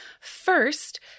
First